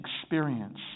experience